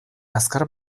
azkar